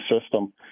system